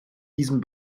diesem